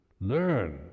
learn